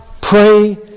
pray